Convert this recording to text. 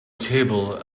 table